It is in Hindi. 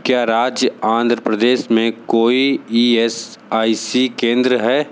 क्या राज्य आंध्र प्रदेश मे कोई ई एस आई सी केंद्र है